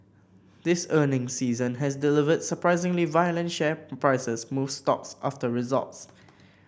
this earnings season has delivered surprisingly violent share prices moves stocks after results